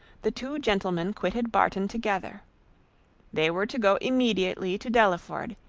the two gentlemen quitted barton together they were to go immediately to delaford,